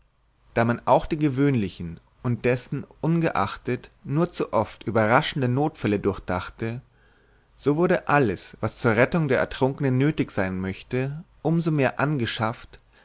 da man auch die gewöhnlichen und dessen ungeachtet nur zu oft überraschenden notfälle durchdachte so wurde alles was zur rettung der ertrunkenen nötig sein möchte um so mehr angeschafft